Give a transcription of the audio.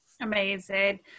Amazing